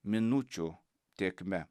minučių tėkme